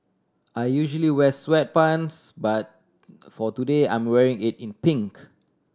I usually wear sweatpants but for today I'm wearing it in pink